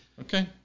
Okay